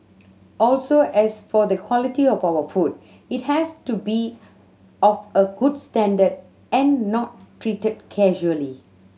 also as for the quality of our food it has to be of a good standard and not treated casually